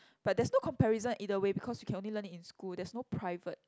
but there's no comparison either way because you can only learn it in school there's no private